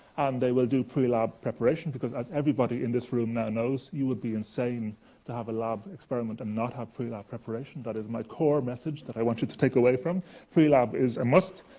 and they will do pre-lab preparations. because as everybody in this room now knows, you would be insane to have a lab experiment and not have pre-lab preparations. that is my core message that i want you to take away from pre-lab is a must.